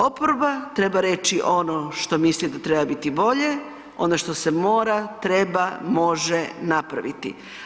Oporba treba reći ono što misli da treba biti bolje, ono što se mora, treba, može napraviti.